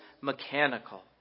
mechanical